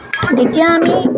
তেতিয়া আমি